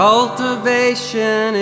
Cultivation